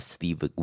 Steve